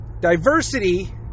Diversity